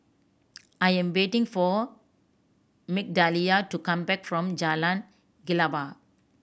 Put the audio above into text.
I am waiting for Migdalia to come back from Jalan Kelawar